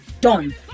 done